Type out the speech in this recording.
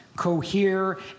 cohere